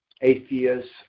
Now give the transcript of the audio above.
atheists